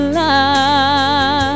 love